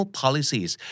policies